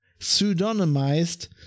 pseudonymized